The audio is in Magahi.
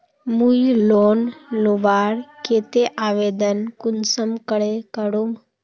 मुई लोन लुबार केते आवेदन कुंसम करे करूम?